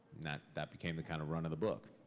that that became the kind of run of the book.